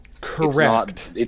Correct